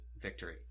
victory